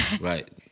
Right